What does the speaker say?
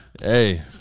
Hey